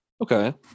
okay